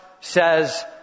says